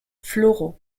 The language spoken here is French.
floraux